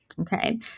Okay